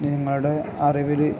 നിങ്ങളുടെ അറിവിൽ